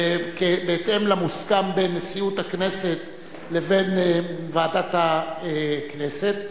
בהתאם למוסכם בין נשיאות הכנסת לבין ועדת הכנסת.